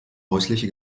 häusliche